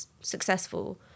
successful